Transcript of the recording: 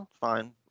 fine